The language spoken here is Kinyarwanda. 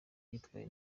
yitwaye